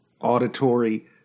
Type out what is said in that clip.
auditory